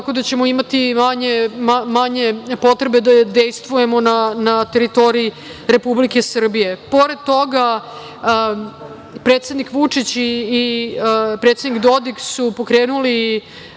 tako da ćemo imati manje potrebe da dejstvujemo na teritoriji Republike Srbije. Pored toga, predsednik Vučić i predsednik Dodik su pokrenuli